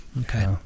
Okay